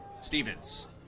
Stevens